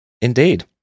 Indeed